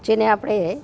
જેને આપણે